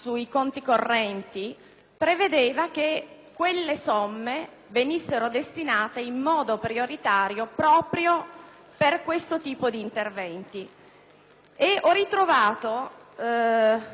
prevedeva che quelle somme venissero destinate in modo prioritario proprio a questo tipo di interventi. Ho ritrovato